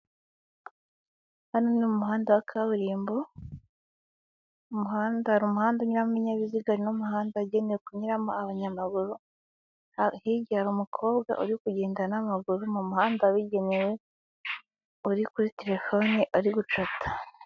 Hano ni umuhanda wa kaburimbo. Umuhanda, hari umuhanda unyuramo ibinyabiziga n'umuhanda wagenewe kunyuramo abanyamaguru. Hirya hari umukobwa uri kugenda n'amaguru mu muhanda wabugenewe, uri kuri telefoni ari gucata.